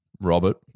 Robert